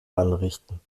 anrichten